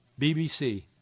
BBC